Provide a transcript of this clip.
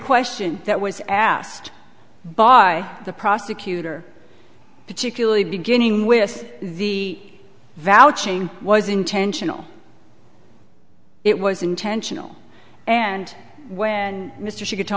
question that was asked by the prosecutor particularly beginning with the value chain was intentional it was intentional and when mr she could tell